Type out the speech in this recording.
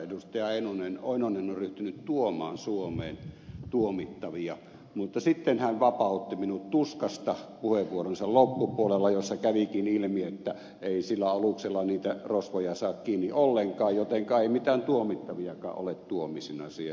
pentti oinonen on ryhtynyt tuomaan suomeen tuomittavia mutta sitten hän vapautti minut tuskasta puheenvuoronsa loppupuolella jossa kävikin ilmi että ei sillä aluksella niitä rosvoja saa kiinni ollenkaan jotenka ei mitään tuomittaviakaan ole tuomisina siellä